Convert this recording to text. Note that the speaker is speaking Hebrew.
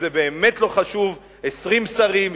וזה באמת לא חשוב 20 שרים,